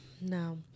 No